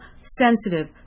sensitive